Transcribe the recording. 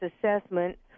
assessment